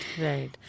right